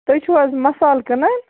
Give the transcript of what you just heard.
تُہۍ چھِو حظ مسالہٕ کٕنان